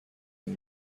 این